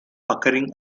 occurring